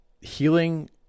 healing